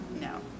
No